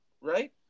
right